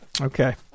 okay